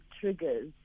triggers